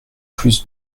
plus